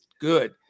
good